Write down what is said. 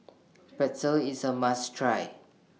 Pretzel IS A must Try